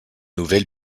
nouvelles